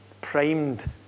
primed